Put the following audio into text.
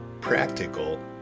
practical